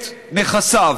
את נכסיו.